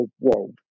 world